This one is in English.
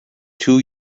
two